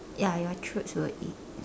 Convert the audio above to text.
ya your throats will ache